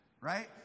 right